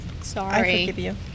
Sorry